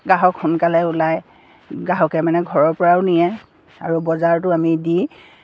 গ্ৰাহক সোনকালে ওলায় গ্ৰাহকে মানে ঘৰৰ পৰাও নিয়ে আৰু বজাৰতো আমি দি